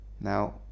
now